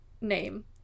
name